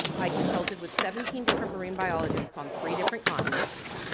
i consulted with seventeen different marine biologists on three different continents.